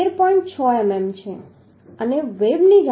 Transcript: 6 મીમી છે અને વેબની જાડાઈ 7